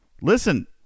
Listen